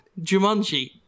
Jumanji